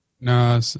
No